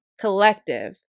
collective